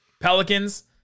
Pelicans